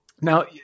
now